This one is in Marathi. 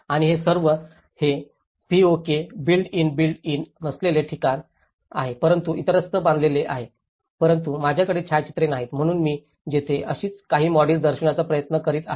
आणि हे सर्व हे POK built in built in नसलेले ठिकाण आहे परंतु इतरत्र बांधलेले आहे परंतु माझ्याकडे छायाचित्रे नाहीत म्हणून मी तिची अशीच काही मॉडेल्स दर्शविण्याचा प्रयत्न करीत आहे